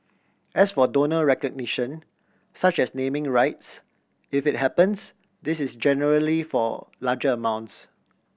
as for donor recognition such as naming rights if it happens this is generally for larger amounts